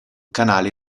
canale